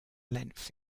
length